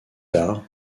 tard